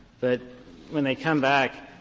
but when they come back,